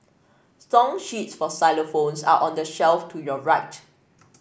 song sheets for xylophones are on the shelf to your right